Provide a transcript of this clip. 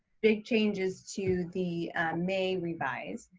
big changes to the may revise,